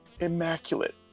immaculate